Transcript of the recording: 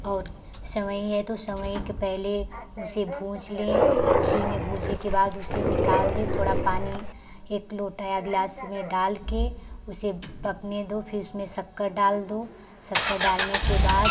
और सेवईं है तो सेवईं के पहले उसे पहले भूँज लें घी में भूजे के बाद उसे निकाल दें थोड़ा पानी एक लोटा या गिलास में डाल के उसे पकने दो फिर उसमें शक्कर डाल दो शक्कर डालने के बाद